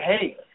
hey